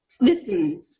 listen